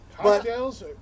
Cocktails